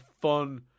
fun